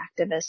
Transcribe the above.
Activists